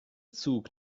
zug